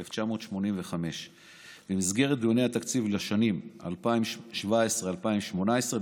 התשמ"ה 1985. במסגרת דיני התקציב לשנים 2017 2018,